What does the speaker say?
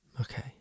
Okay